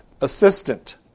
assistant